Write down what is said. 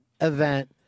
event